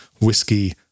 whiskey